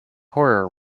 horror